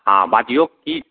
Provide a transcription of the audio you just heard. हँ बाजियौ कि